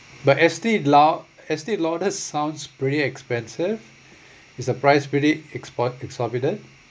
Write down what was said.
but estee lau~ estee lauder sounds pretty expensive is the price pretty export exorbitant